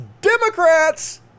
Democrats